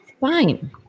fine